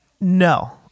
no